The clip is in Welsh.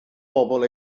bobol